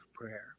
prayer